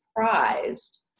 surprised